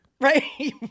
Right